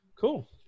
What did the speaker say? Cool